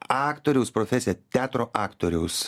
aktoriaus profesija teatro aktoriaus